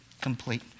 complete